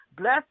bless